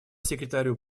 секретарю